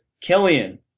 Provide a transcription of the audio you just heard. Killian